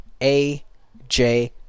AJ